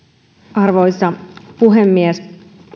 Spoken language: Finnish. arvoisa puhemies